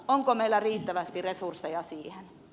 onko meillä riittävästi resursseja siihen